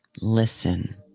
Listen